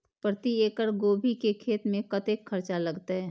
प्रति एकड़ गोभी के खेत में कतेक खर्चा लगते?